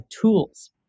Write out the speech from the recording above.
tools